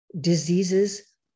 diseases